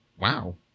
Wow